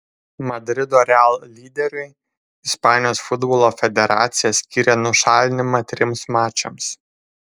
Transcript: madrido real lyderiui ispanijos futbolo federacija skyrė nušalinimą trims mačams